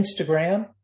Instagram